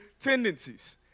tendencies